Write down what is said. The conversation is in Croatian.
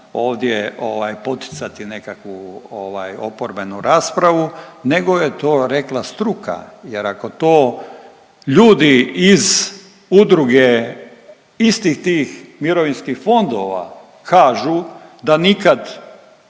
ovdje poticati nekakvu oporbenu raspravu, nego je to rekla struka. Jer ako to ljudi iz udruge istih tih mirovinskih fondova kažu da nikad